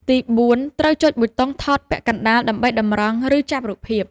ទី4 ត្រូវចុចប៊ូតុងថតពាក់កណ្តាលដើម្បីតម្រង់ ឬចាប់រូបភាព។